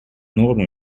нормы